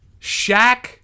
Shaq